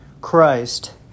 Christ